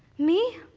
me,